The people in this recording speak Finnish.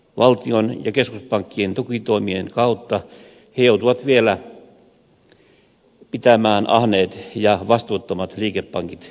valtion ja keskuspankkien tukitoimien kautta he joutuvat vielä pitämään ahneet ja vastuuttomat liikepankit pystyssä